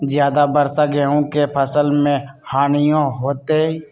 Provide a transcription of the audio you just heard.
ज्यादा वर्षा गेंहू के फसल मे हानियों होतेई?